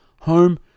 home